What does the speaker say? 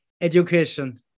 education